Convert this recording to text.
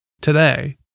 today